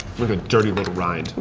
but a dirty little rind.